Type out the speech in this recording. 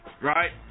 right